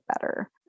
better